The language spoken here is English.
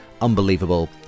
unbelievable